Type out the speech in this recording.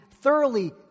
thoroughly